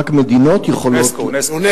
אונסק"ו.